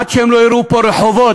עד שהם לא יראו פה רחובות